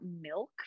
milk